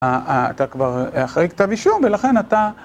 אתה כבר אחרי כתב אישום, ולכן אתה...